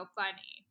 funny